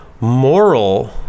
moral